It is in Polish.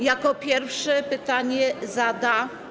Jako pierwszy pytanie zada.